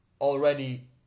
already